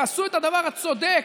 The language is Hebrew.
תעשו את הדבר הצודק,